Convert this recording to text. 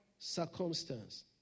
Circumstance